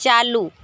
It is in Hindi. चालू